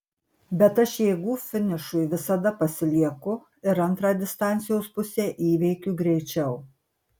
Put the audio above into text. bet aš jėgų finišui visada pasilieku ir antrą distancijos pusę įveikiu greičiau